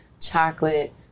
chocolate